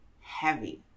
heavy